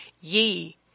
Ye